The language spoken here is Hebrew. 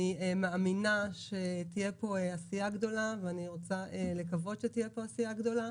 אני מאמינה שתהיה פה עשייה גדולה ואני רוצה לקוות שתהיה פה עשייה גדולה.